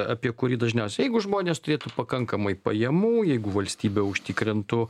apie kurį dažniausiai jeigu žmonės turėtų pakankamai pajamų jeigu valstybė užtikrintų